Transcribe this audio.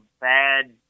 bad